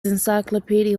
encyclopedic